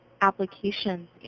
applications